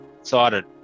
Excited